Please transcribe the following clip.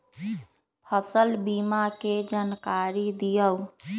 फसल बीमा के जानकारी दिअऊ?